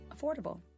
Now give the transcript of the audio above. affordable